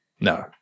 No